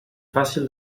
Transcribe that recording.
fàcil